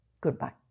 Goodbye